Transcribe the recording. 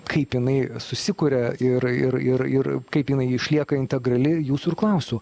kaip jinai susikuria ir ir ir ir kaip jinai išlieka integrali jūsų ir klausiu